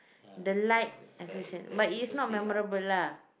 the light exhibition but is not memorable lah